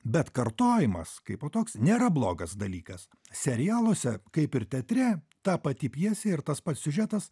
bet kartojimas kaipo toks nėra blogas dalykas serialuose kaip ir teatre ta pati pjesė ir tas pats siužetas